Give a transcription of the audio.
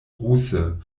ruse